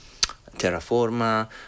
Terraforma